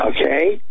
Okay